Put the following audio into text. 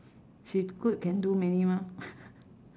she good can do many mah